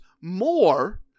more